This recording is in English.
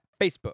Facebook